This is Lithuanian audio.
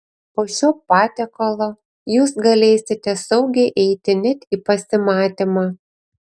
po šio patiekalo jūs galėsite saugiai eiti net į pasimatymą